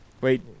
wait